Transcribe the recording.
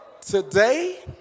Today